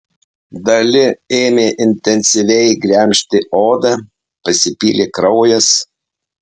dali ėmė intensyviai gremžti odą pasipylė kraujas